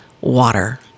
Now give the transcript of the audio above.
water